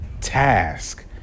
task